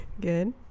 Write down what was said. good